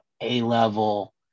A-level